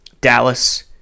Dallas